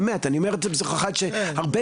באמת ואני אומר את זה בתור אחד שמבין ואני יודע שהרבה